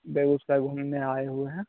बेगूसराय घूमने आए हुए हैं